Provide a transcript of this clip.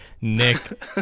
Nick